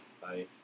bye